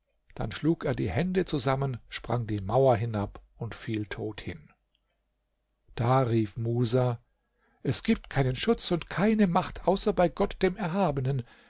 dann schlug er die hände zusammen sprang die mauer hinab und fiel tot hin da rief musa es gibt keinen schutz und keine macht außer bei gott dem erhabenen